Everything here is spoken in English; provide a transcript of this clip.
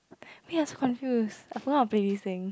wait I so confuse I forgot how to play this thing